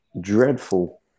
dreadful